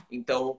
Então